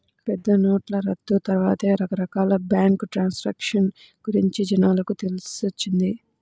పెద్దనోట్ల రద్దు తర్వాతే రకరకాల బ్యేంకు ట్రాన్సాక్షన్ గురించి జనాలకు తెలిసొచ్చింది